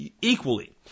equally